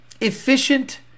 efficient